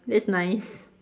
that's nice